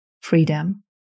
freedom